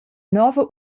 nova